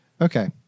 Okay